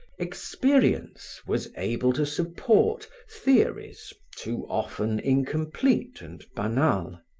experience was able to support theories too often incomplete and banal.